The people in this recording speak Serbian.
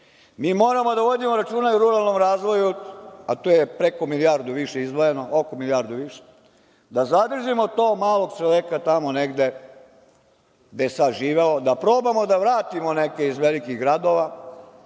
Mi moramo da vodimo računa i o ruralnom razvoju, a to je preko milijardu više izdvojeno, oko milijardu više, da zadržimo tog malog čoveka tamo negde gde je sad živeo, da probamo da vratimo neke iz velikih gradova,